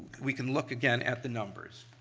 we can look again at the numbers.